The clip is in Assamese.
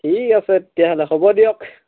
ঠিক আছে তেতিয়াহ'লে হ'ব দিয়ক